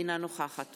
אינה נוכחת